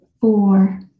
four